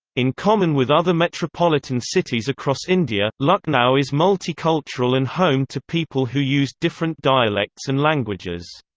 in common with other metropolitan cities across india, lucknow is multicultural and home to people who use different dialects and languages.